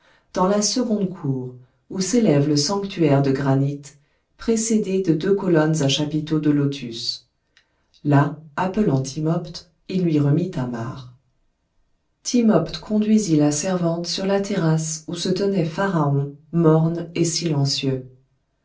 dans la seconde cour où s'élève le sanctuaire de granit précédé de deux colonnes à chapiteaux de lotus là appelant timopht il lui remit thamar timopht conduisit la servante sur la terrasse où se tenait pharaon morne et silencieux